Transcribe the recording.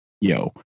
yo